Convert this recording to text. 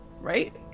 Right